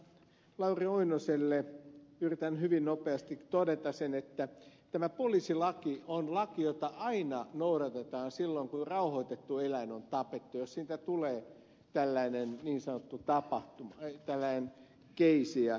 lauri oinoselle yritän hyvin nopeasti todeta sen että tämä poliisilaki on laki jota aina noudatetaan silloin kun rauhoitettu eläin on tapettu jos siitä tulee tällainen niin sanottu tapahtuma tällainen case